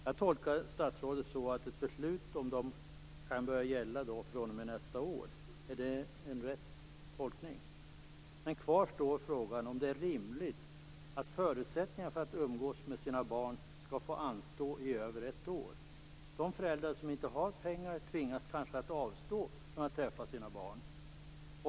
Jag tolkar statsrådet så att ett beslut om dem kan börja gälla fr.o.m. nästa år. Är det en riktig tolkning? Men kvar står frågan om det är rimligt att förutsättningarna för att umgås med sina barn skall få anstå i över ett år. Skall föräldrar som inte har pengar tvingas att avstå från att träffa sina barn?